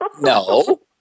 No